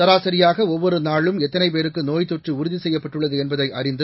சராசரியாக ஒவ்வொரு நாளும் எத்தனை பேருக்கு நோய்த் தொற்று உறுதி செய்யப்பட்டுள்ளது என்பதை அறிந்து